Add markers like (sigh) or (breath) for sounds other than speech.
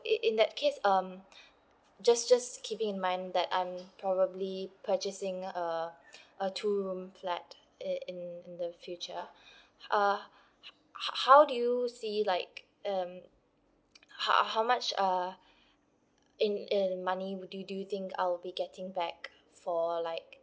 in in that case um (breath) just just keeping in mind that I'm probably purchasing a (breath) a two room flat in in in the future (breath) uh ho~ h~ how do you see like um ho~ how much uh in in money would you do you think I'll be getting back for like